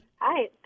Hi